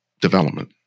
development